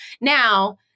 now